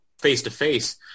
face-to-face